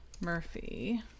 Murphy